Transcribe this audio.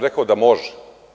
Rekao sam da može.